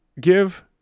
give